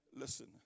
Listen